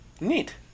Neat